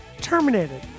terminated